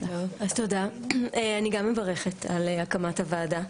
אז תודה, אני גם מברכת על הקמת הוועדה.